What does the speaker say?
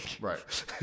Right